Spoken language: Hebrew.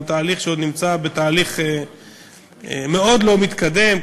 הוא תהליך שעוד נמצא בתהליך מאוד לא מתקדם,